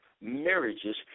marriages